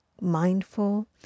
mindful